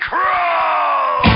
Crawl